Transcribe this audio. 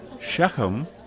Shechem